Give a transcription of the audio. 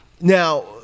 Now